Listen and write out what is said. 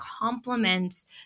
complements